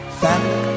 family